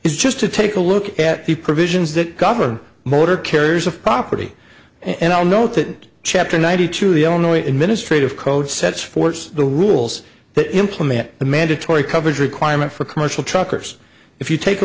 is just to take a look at the provisions that govern motor carriers of property and i'll note that chapter ninety two the only administrative code sets force the rules that implement the mandatory coverage requirement for commercial truckers if you take a